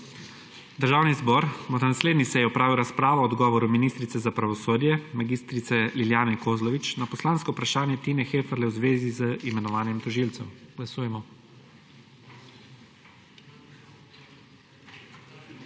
Državni zbor bo na naslednji seji opravil razpravo o odgovoru ministrice za pravosodje mag. Lilijane Kozlovič na poslansko vprašanje Tine Heferle v zvezi z imenovanjem tožilcev. Glasujemo.